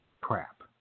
crap